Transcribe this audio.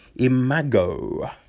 Imago